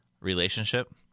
relationship